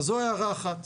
אז זו הערה אחת.